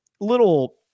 Little